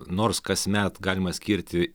nors kasmet galima skirti